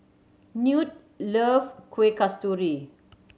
Newt loves Kueh Kasturi